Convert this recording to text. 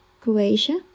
Croatia